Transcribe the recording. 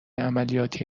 عملیاتی